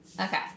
Okay